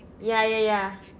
ya ya ya